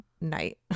night